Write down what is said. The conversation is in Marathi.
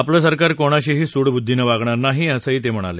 आपलं सरकार कोणाशीही सूडबुद्धीनं वागणार नाही असं ते म्हणाले